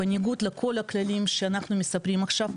בניגוד לכל הכללים שאנחנו מספרים עכשיו,